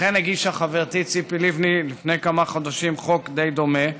לכן הגישה חברתי ציפי לבני לפני כמה חודשים חוק די דומה,